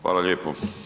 Hvala lijepo.